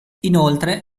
inoltre